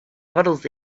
models